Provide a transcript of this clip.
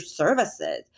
services